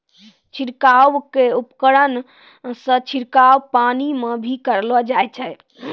छिड़काव क उपकरण सें छिड़काव पानी म भी करलो जाय छै